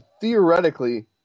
theoretically